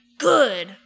good